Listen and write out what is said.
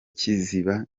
kiziba